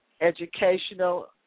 educational